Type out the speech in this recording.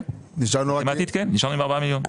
כן, נשארנו עם 4 מיליון.